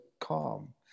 calm